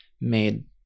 made